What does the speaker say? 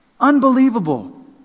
unbelievable